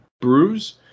bruise